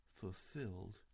fulfilled